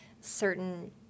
certain